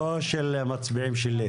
לא של המצביעים שלי,